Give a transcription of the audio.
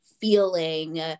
feeling